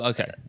Okay